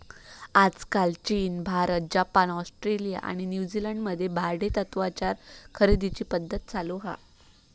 आजकाल चीन, Bharat, Japan, Australia आणि न्यूजीलंड मध्ये भाडेतत्त्वावर खरेदीची पध्दत चालु हा